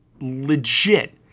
legit